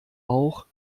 auch